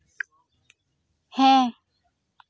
ᱦᱮᱸ